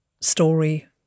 story